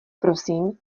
prosím